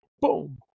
boom